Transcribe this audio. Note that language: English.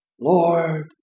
Lord